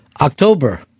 October